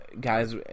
guys